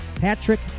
Patrick